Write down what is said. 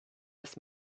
his